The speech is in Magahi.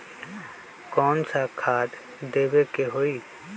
कोन सा खाद देवे के हई?